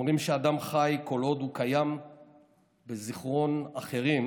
אומרים שאדם חי כל עוד הוא קיים בזיכרון אחרים,